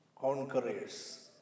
conquerors